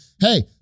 hey